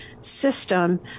system